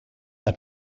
are